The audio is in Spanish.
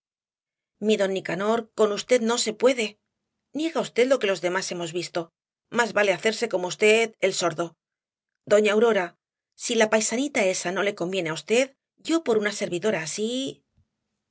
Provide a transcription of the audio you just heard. don nicanor con v no se puede niega v lo que los demás hemos visto más vale hacerse como v el sordo doña aurora si la paisanita esa no le conviene á v yo por una servidora así